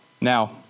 Now